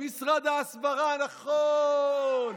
משרד ההסברה, נכון.